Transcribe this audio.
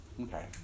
Okay